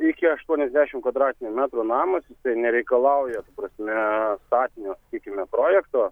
iki aštuoniasdešim kvadratinių metrų namas jisai nereikalauja ta prasme statinio sakykime projekto